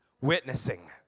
Witnessing